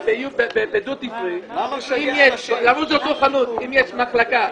שבדיוטי פרי, אם יש מחלקה,